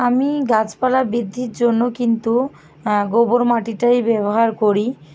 আমি গাছপালা বৃদ্ধির জন্য কিন্তু গোবর মাটিটাই ব্যবহার করি